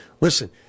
Listen